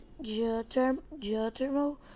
geothermal